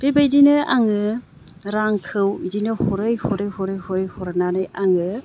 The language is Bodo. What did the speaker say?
बेबायदिनो आङो रांखौ इदिनो हरै हरै हरै हरै हरनानै आङो